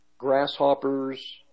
Grasshoppers